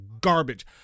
garbage